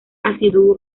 asiduo